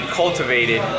cultivated